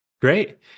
great